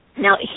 Now